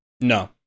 No